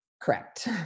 Correct